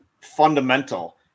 fundamental